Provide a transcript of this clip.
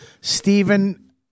Stephen